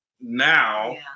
now